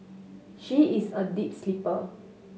she is a deep sleeper